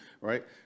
right